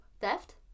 Theft